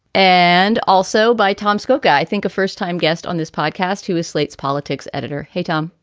and also by tom skoko, i think a first time guest on this podcast who is slate's politics editor. hey, tom.